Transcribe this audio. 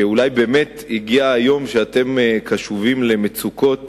שאולי באמת הגיע היום שאתם קשובים למצוקות